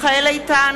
בהצבעה מיכאל איתן,